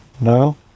No